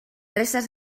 restes